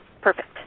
perfect